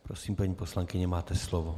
Prosím, paní poslankyně, máte slovo.